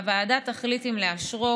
והוועדה תחליט אם לאשרו,